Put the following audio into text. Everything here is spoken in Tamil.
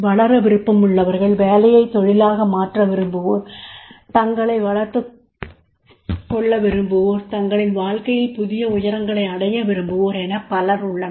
வளர விருப்பம் உள்ளவர்கள் வேலையைத் தொழிலாக மாற்ற விரும்புவோர் தங்களை வளர்த்துக் கொள்ள விரும்புவோர் தங்களின் வாழ்க்கையில் புதிய உயரங்களை அடைய விரும்புவோர் எனப் பலர் உள்ளனர்